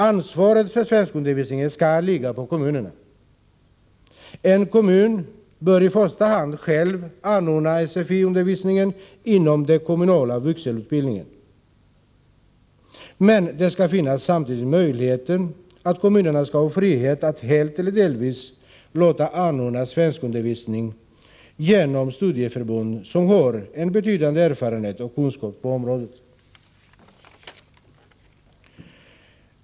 Ansvaret för svenskundervisningen skall ligga på kommunerna. En kommun bör i första hand själv anordna SFI-undervisningen inom den kommunala vuxenutbildningen. Kommunerna skall samtidigt ha frihet att helt eller delvis låta anordna svenskundervisning genom studieförbund som har en betydande erfarenhet och kunskap på området.